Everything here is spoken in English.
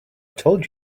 told